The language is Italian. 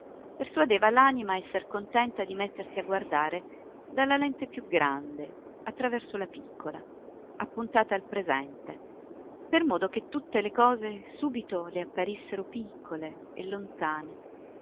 persuadeva l'anima a esser contenta di mettersi a guardare dalla lente più grande attraverso la piccola appuntata al presente per modo che tutte le cose subito le apparissero piccole e lontane